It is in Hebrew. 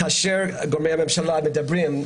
כאשר גורמי הממשלה מדברים,